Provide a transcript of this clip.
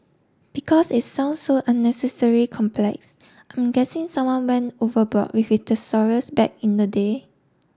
because it sounds so unnecessary complex I'm guessing someone went overboard with his thesaurus back in the day